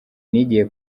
nigiye